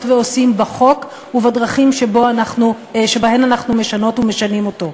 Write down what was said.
ועושים בחוק ובדרכים שבהן אנחנו משנות ומשנים אותו.